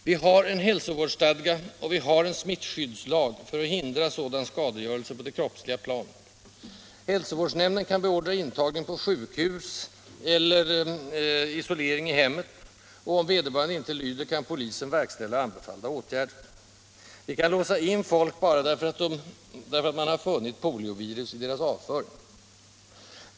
Vi har en hälsovårdsstadga och vi har en smittskyddslag för att hindra sådan skadegörelse på det kroppsliga planet. Hälsovårdsnämnden kan beordra intagning på sjukhus eller isolering i hemmet, och om vederbörande inte lyder kan polisen verkställa anbefallda åtgärder. Vi kan låsa in folk bara därför att man har funnit poliovirus i deras avföring.